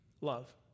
Love